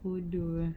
bodoh ah